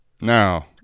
Now